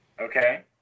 Okay